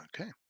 Okay